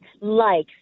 likes